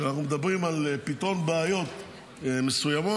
כשאנחנו מדברים על פתרון בעיות מסוימות,